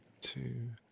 two